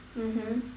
mmhmm